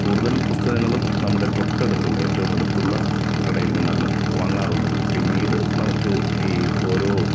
കൂടുതൽ പുസ്തകങ്ങളും നമ്മുടെ തൊട്ടടുത്തുള്ള ഏറ്റോം അടുത്തുള്ള കടയിൽ നിന്നാണ് വാങ്ങാറുള്ളത് പിന്നീട് നമുക്ക് ഈ ഓരോ